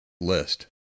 list